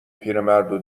پیرمردو